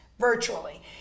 virtually